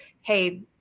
hey –